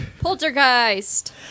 Poltergeist